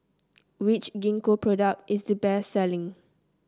which Gingko product is the best selling